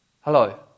Hello